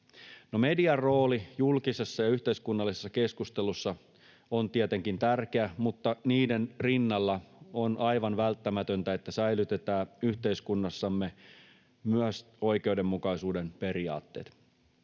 median rooli julkisessa ja yhteiskunnallisessa keskustelussa on tietenkin tärkeä, mutta niiden rinnalla on aivan välttämätöntä, että säilytetään yhteiskunnassamme myös oikeudenmukaisuuden periaatteet.